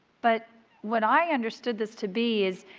but what i understood this to be is